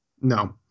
No